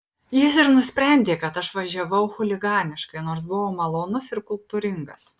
jis ir nusprendė kad aš važiavau chuliganiškai nors buvo malonus ir kultūringas